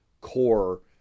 core